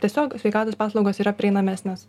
tiesiog sveikatos paslaugos yra prieinamesnės